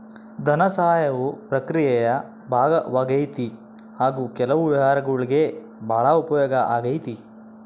ಧನಸಹಾಯವು ಪ್ರಕ್ರಿಯೆಯ ಭಾಗವಾಗೈತಿ ಹಾಗು ಕೆಲವು ವ್ಯವಹಾರಗುಳ್ಗೆ ಭಾಳ ಉಪಯೋಗ ಆಗೈತೆ